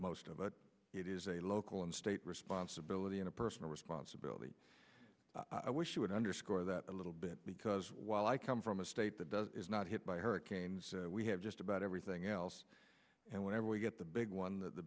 most of it it is a local and state responsibility and a personal responsibility i wish you would underscore that a little bit because while i come from a state that does not hit by hurricanes we have just about everything else and whenever we get the big one th